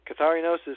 catharinosis